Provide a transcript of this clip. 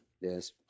Yes